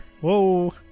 Whoa